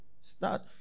start